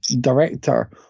director